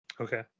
Okay